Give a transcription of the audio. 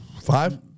Five